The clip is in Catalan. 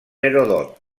heròdot